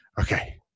okay